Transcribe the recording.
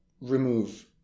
remove